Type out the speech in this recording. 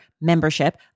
membership